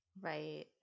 Right